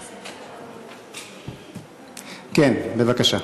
כן, בבקשה.